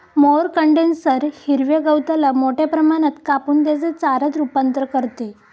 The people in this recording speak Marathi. मोअर कंडेन्सर हिरव्या गवताला मोठ्या प्रमाणात कापून त्याचे चाऱ्यात रूपांतर करते